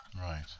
Right